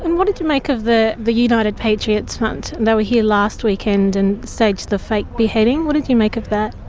and what did you make of the the united patriots front, they were here last weekend and staged the fake beheading what did you make of that?